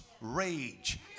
rage